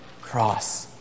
cross